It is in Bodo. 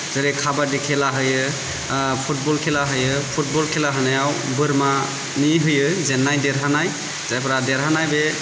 जेरै काबाडि खेला होयो फुटबल खेला होयो फुटबल खेला होनायाव बोरमानि होयो जेननाय देराहानाय जायफोरा देरहानाय बे